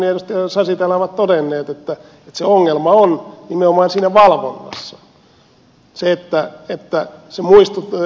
sasi täällä ovat todenneet että se ongelma on nimenomaan siinä valvonnassa